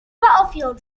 battlefield